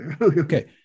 Okay